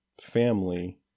family